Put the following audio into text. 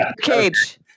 cage